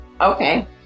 Okay